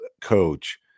coach